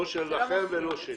לא שלכם ולא שלי.